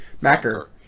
Macker